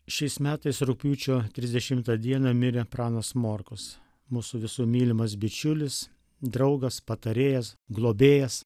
šiais metais rugpjūčio trisdešimtą dieną mirė pranas morkus mūsų visų mylimas bičiulis draugas patarėjas globėjas